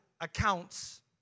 accounts